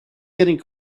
getting